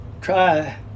try